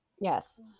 Yes